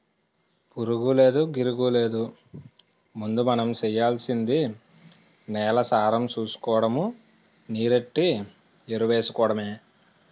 పురుగూలేదు, గిరుగూలేదు ముందు మనం సెయ్యాల్సింది నేలసారం సూసుకోడము, నీరెట్టి ఎరువేసుకోడమే